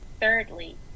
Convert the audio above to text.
thirdly